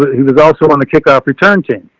he was also in the kickoff return team.